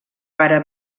pare